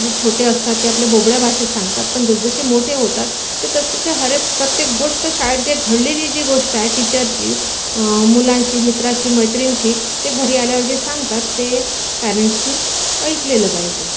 जे छोटे असतात ते आपले बोबड्या भाषेत सांगतात पण जसजसे मोठे होतात ते तसतसे हरेक प्रत्येक गोष्ट शाळेत जे घडलेली जी गोष्ट आहे टीचरची मुलांशी मित्राशी मैत्रिणीशी ते घरी आल्यावर जे सांगतात ते पॅरेंट्सनी ऐकलेलं पाहिजे